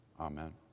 Amen